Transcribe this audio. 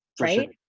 right